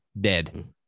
dead